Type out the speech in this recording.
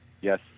Yes